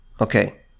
okay